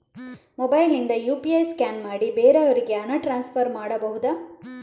Mobile ನಿಂದ UPI scan ಮಾಡಿ ಬೇರೆಯವರಿಗೆ ಹಣ ಟ್ರಾನ್ಸ್ಫರ್ ಮಾಡಬಹುದ?